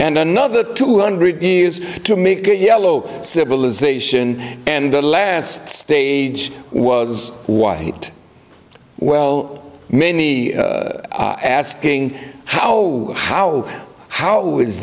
and another two hundred years to make it yellow civilization and the last stage was white well many asking how how how